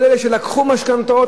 כל אלה שלקחו משכנתאות,